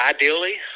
Ideally